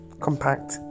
compact